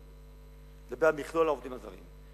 אני מדבר על מכלול העובדים הזרים.